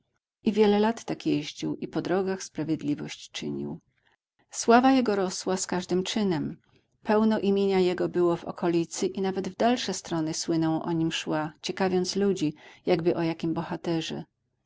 i wiele lat tak jeździł i po drogach sprawiedliwość czynił sława jego rosła z każdym czynem pełno imienia jego było w okolicy i nawet w dalsze strony słyna o nim szła ciekawiąc ludzi jakby o jakim bohaterze